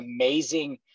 amazing